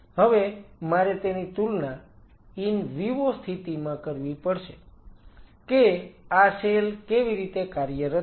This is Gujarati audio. હવે મારે તેની તુલના ઈન વિવો સ્થિતિમાં કરવી પડશે કે આ સેલ કેવી રીતે કાર્યરત છે